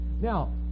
now